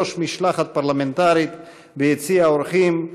בראש משלחת פרלמנטרית ביציע האורחים,